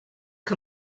que